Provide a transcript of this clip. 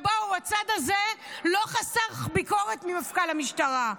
הצד הזה לא חסך ביקורת ממפכ"ל המשטרה.